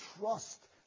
trust